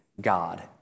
God